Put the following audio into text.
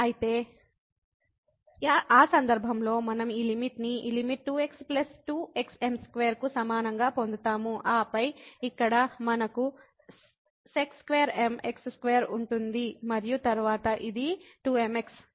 కాబట్టి ఆ సందర్భంలో మనం ఈ లిమిట్ ని ఈ లిమిట్ 2x 2 xm2 కు సమానంగా పొందుతాము ఆపై ఇక్కడ మనకు sec2m x2 ఉంటుంది మరియు తరువాత ఇది 2mx